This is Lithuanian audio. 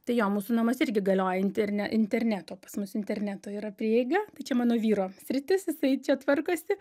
tai jo mūsų namuos irgi galioja interne interneto pas mus interneto yra prieiga tai čia mano vyro sritis jisai čia tvarkosi